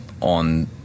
on